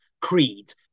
Creed